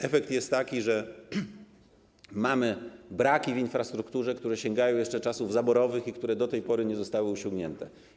Efekt jest taki, że mamy braki w infrastrukturze, które sięgają jeszcze czasów zaborowych i które do tej pory nie zostały usunięte.